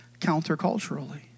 counterculturally